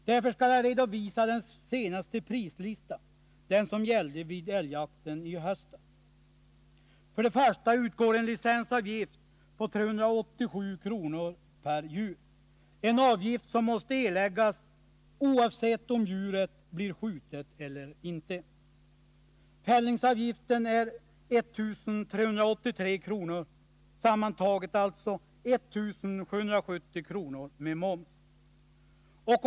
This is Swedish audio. Därför skall jag redovisa den senaste prislistan — den som gällde vid älgjakten i höstas. Först utgår en licensavgift på 387 kr. per djur, en avgift som måste erläggas oavsett om djuret blir skjutet eller inte. Fällningsavgiften är 1383 kr. Sammantaget blir alltså avgiften 1770 kr. med moms.